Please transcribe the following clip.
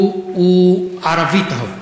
הוא ערבי טהור.